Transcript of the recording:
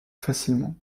facilement